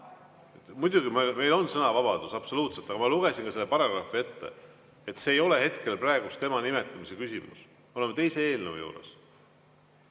Muidugi, meil on sõnavabadus. Absoluutselt! Aga ma lugesin selle paragrahvi ette. [Päevakorras] ei ole praegu tema nimetamise küsimus. Me oleme teise eelnõu juures.